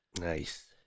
Nice